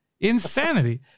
Insanity